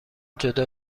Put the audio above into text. جدا